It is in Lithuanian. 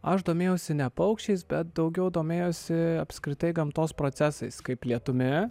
aš domėjausi ne paukščiais bet daugiau domėjosi apskritai gamtos procesais kaip lietumi